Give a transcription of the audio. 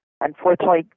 Unfortunately